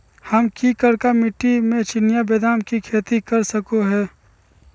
हम की करका मिट्टी में चिनिया बेदाम के खेती कर सको है?